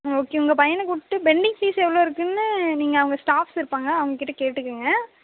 ம் ஓகே உங்கள் பையனை விட்டு பெண்டிங் ஃபீஸ் எவ்வளோ இருக்குதுனு நீங்கள் அவங்க ஸ்டாப்ஸ் இருப்பாங்க அவங்க கிட்ட கேட்டுக்கொங்க